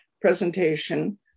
presentation